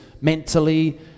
mentally